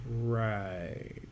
Right